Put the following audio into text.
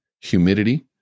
humidity